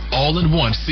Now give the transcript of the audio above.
all-in-one